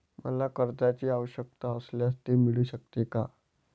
मला कर्जांची आवश्यकता असल्यास ते मिळू शकते का?